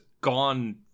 gone